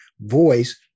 voice